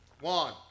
One